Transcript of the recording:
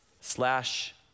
slash